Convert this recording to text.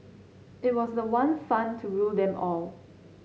it was the one fund to rule them all